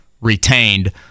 retained